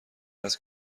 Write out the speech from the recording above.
است